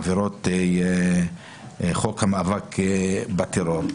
עבירות חוק המאבק בטרור,